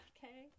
Okay